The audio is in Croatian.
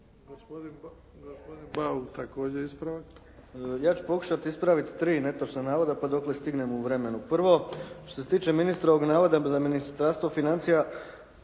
**Bauk, Arsen (SDP)** Ja ću pokušati ispraviti tri netočna navoda pa dokle stignem u vremenu. Prvo, što se tiče ministrovog navoda da Ministarstvo financija